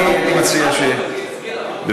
אני מציע, גילה, מה את אומרת?